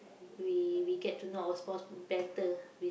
we we get to know our spouse better we